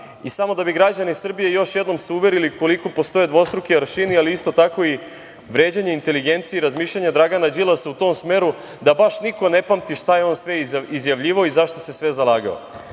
i samo da bi se građani Srbije još jednom uverili koliko postoje dvostruki aršini, ali isto tako i vređanje inteligencije i razmišljanje Dragana Đilasa u tom smeru, da baš niko ne pamti šta je on sve izjavljivao i za šta se sve zalagao.